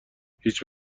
هیچ